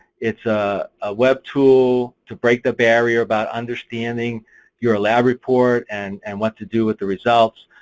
it's ah a web tool to break the barrier about understanding your lab report and and what to do with the results.